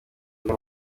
undi